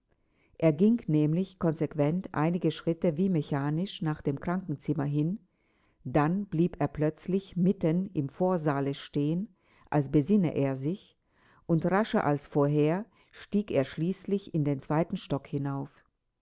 er ging nämlich konsequent einige schritte wie mechanisch nach dem krankenzimmer hin dann blieb er plötzlich mitten im vorsaale stehen als besinne er sich und rascher als vorher stieg er schließlich in den zweiten stock hinauf